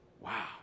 Wow